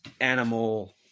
animal